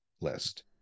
list